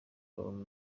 bahe